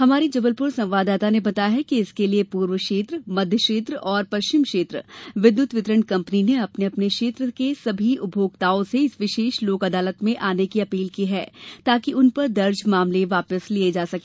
हमारी जबलपुर संवाददाता ने बताया है कि इसके लिये पूर्व क्षेत्र मध्य क्षेत्र तथा पश्चिम क्षेत्र विद्युत वितरण कंपनी ने अपने अपने क्षेत्र के सभी उपभोक्ताओं से इस विशेष लोक अदालत में आने की अपील की है ताकि उन पर दर्ज मामले वापिस लिये जा सके